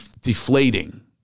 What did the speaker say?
deflating